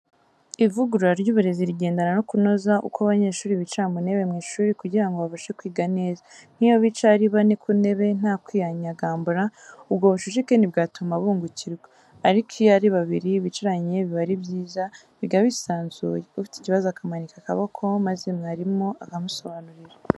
Ivugurura ry'uburezi rigendana no kunoza uko abanyeshuri bicara mu ntebe mu ishuri kugira ngo babashe kwiga neza, nk'iyo bicaye ari bane ku ntebe nta kwinyagagambura, ubwo bucucike ntibwatuma bungukirwa, ariko iyo ari babiri bicaranye biba ari byiza, biga bisanzuye, ufite ikibazo akamanika akaboko maze mwarimu akamusobanurira.